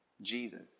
Jesus